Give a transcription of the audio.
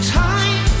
time